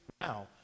now